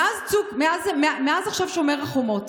מאז שומר החומות